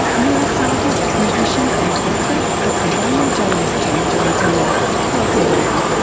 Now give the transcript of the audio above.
neuroscientist, musician, and author dr daniel j levitin joins me now. welcome dan.